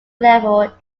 level